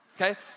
Okay